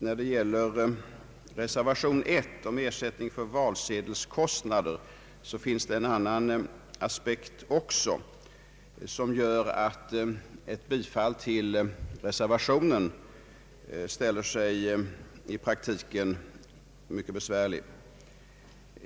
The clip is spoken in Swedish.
När det gäller reservation 1 om ersättning för valsedelskostnader finns det också en annan aspekt som gör att ett förfarande i enlighet med reservationen i praktiken ställer sig mycket besvärligt.